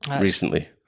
recently